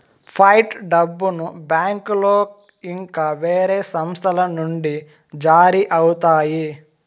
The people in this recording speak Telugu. ఫైట్ డబ్బును బ్యాంకులో ఇంకా వేరే సంస్థల నుండి జారీ అవుతాయి